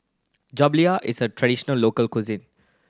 jaberlia is a traditional local cuisine